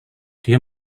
dia